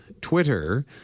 Twitter